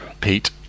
Pete